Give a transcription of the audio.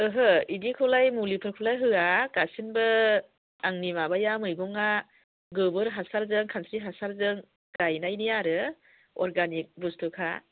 ओहो बिदिखौलाय मुलिफोरखौलाय होआ गासैबो आंनि माबाया मैगंआ गोबोर हासारजों खानस्रि हासारजों गायनायनि आरो अरगानिक बुस्थुखा